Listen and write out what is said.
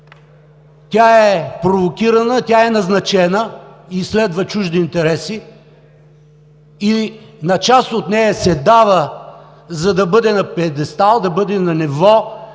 тя е провокирана, тя е назначена и следва чужди интереси и на част от нея се дава, за да бъде на пиедестал, да бъде на ниво,